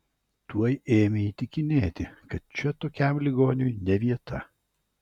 tuoj ėmė įtikinėti kad čia tokiam ligoniui ne vieta